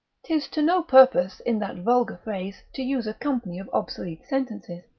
tis to no purpose in that vulgar phrase to use a company of obsolete sentences,